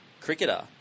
cricketer